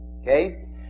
Okay